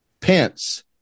Pence